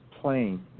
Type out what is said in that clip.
plain